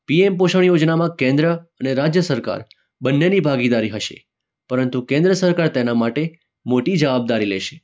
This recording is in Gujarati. પીએમ પોષણ યોજનામાં કેન્દ્ર અને રાજ્ય સરકાર બંનેની ભાગીદારી હશે પરંતુ કેન્દ્ર સરકાર તેનાં માટે મોટી જવાબદારી લેશે